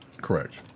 Correct